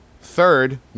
Third